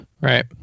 right